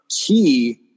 key